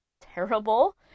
terrible